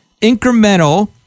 incremental